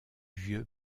vieux